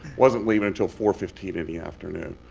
wasn't leaving until four fifteen in the afternoon.